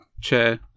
Chair